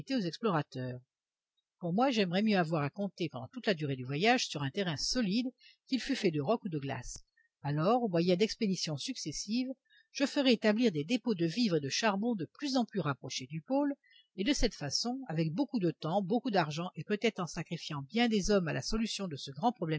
aux explorateurs pour moi j'aimerais mieux avoir à compter pendant toute la durée du voyage sur un terrain solide qu'il fût fait de roc ou de glace alors au moyen d'expéditions successives je ferais établir des dépôts de vivres et de charbons de plus en plus rapprochés du pôle et de cette façon avec beaucoup de temps beaucoup d'argent peut-être en sacrifiant bien des hommes à la solution de ce grand